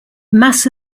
mass